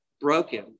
broken